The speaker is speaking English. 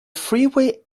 freeway